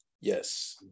yes